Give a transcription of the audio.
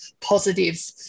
positive